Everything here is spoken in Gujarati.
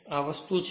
આ વસ્તુ છે